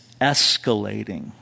escalating